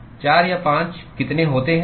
4 या 5 कितने होते हैं